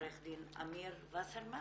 עורך דין אמיר וסרמן,